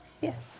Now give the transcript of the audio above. yes